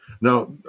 Now